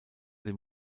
dem